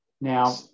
Now